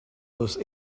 those